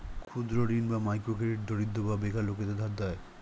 ক্ষুদ্র ঋণ বা মাইক্রো ক্রেডিট দরিদ্র বা বেকার লোকদের ধার দেয়